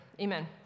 Amen